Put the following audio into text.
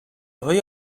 های